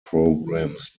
programs